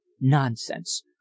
Nonsense